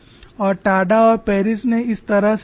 और टाडा और पेरिस ने इस तरह से देखा